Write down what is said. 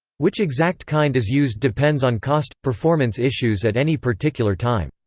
which exact kind is used depends on cost performance issues at any particular time.